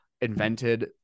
invented